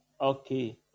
Okay